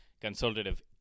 consultative